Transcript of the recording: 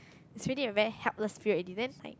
it's already a very helpless period already then like